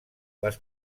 les